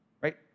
right